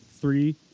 three